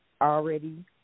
already